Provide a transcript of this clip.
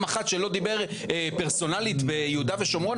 אחת שלא דיבר פרסונלית ביהודה ושומרון,